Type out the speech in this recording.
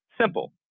simple